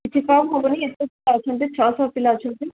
କିଛି କମ ହେବନି ଏତେ ପିଲା ଅଛନ୍ତି ଛଅଶହ ପିଲା ଅଛନ୍ତି